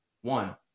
One